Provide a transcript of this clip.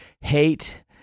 HATE